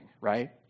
right